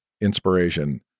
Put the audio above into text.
inspiration